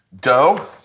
dough